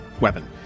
Weapon